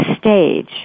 stage